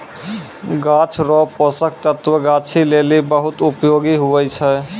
गाछ रो पोषक तत्व गाछी लेली बहुत उपयोगी हुवै छै